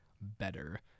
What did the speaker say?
better